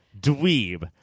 Dweeb